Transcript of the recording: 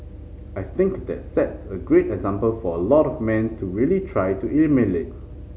I think that sets a great example for a lot of man to really try to emulate